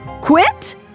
quit